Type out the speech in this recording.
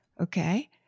Okay